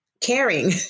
caring